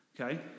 Okay